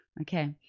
Okay